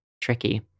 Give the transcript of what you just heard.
tricky